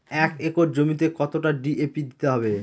এক একর জমিতে কতটা ডি.এ.পি দিতে হবে?